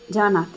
जानाति